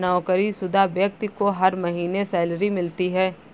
नौकरीशुदा व्यक्ति को हर महीने सैलरी मिलती है